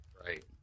Right